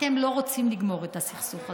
אתם לא רוצים לגמור את הסכסוך הזה.